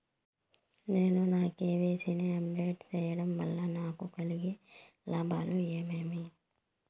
నేను నా కె.వై.సి ని అప్ డేట్ సేయడం వల్ల నాకు కలిగే లాభాలు ఏమేమీ?